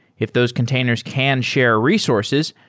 if those containers can share resources,